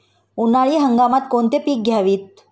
उन्हाळी हंगामात कोणती पिके घ्यावीत?